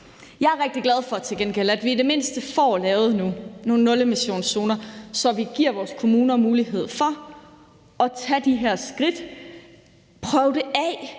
gengæld rigtig glad for, at vi i det mindste nu får lavet nogle nulemissionszoner, så vi giver vores kommuner mulighed for at tage de her skridt, prøve det af